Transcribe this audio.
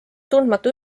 tundmatu